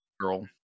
girl